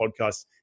podcast